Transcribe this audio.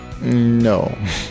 No